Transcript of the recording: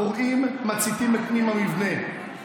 הפורעים מציתים את פנים המבנה,